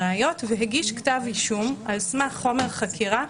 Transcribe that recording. אלא האם היקף הראיות שנכנסות בנוסח הזה הוא רחב יותר או צר יותר.